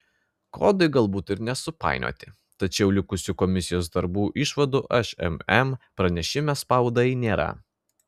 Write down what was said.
kodai galbūt ir nesupainioti tačiau likusių komisijos darbo išvadų šmm pranešime spaudai nėra